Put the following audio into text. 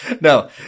No